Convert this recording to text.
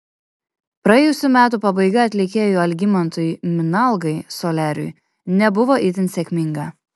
praėjusių metų pabaiga atlikėjui algimantui minalgai soliariui nebuvo itin sėkminga